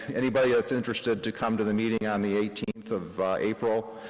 anybody that's interested to come to the meeting on the eighteenth of april.